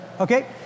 Okay